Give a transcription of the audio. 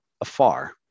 afar